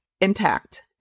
intact